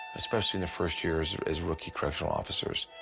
especially in the first year as as rookie correctional officers.